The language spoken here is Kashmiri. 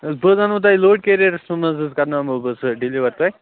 تہٕ بہٕ حظ اَنو تۄہہِ لوڈ کیریرَس سُمٛب حظ کرٕناوو بہٕ سۄ ڈِیلیوَر تۄہہِ